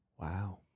Wow